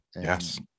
yes